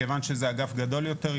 מכיוון שזה אגף גדול יותר,